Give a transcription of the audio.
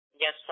Yes